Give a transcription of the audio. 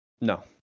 No